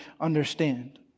understand